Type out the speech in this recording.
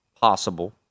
possible